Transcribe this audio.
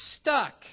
stuck